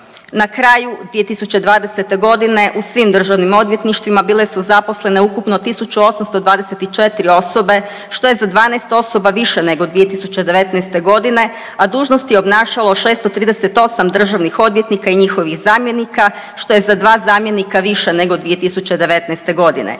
Na kraju 2020. g. u svim državnim odvjetništvima bile su zaposleno ukupno 1 824 osobe, što je za 12 osoba više nego 2019. g., a dužnost je obnašalo 638 državnih odvjetnika i njihovih zamjenika, što je za 2 zamjenika više nego 2019. g.